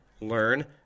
learn